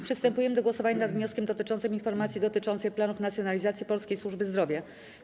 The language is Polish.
Przystępujemy do głosowania nad wnioskiem dotyczącym informacji dotyczącej planów nacjonalizacji polskiej służby zdrowia.